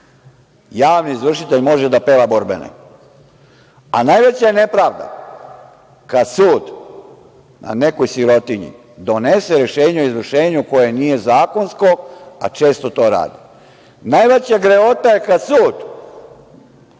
javni izvršitelj može da peva borbene, a najveća je nepravda kad sud na nekoj sirotinji donese rešenje izvršenju koje nije zakonsko, a često to radi. Najveća grehota je kad sud